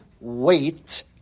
wait